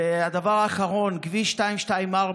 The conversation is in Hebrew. דבר אחרון: כביש 224,